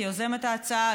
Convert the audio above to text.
כיוזמת ההצעה,